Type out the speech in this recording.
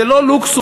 זה לא לוקסוס,